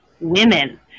Women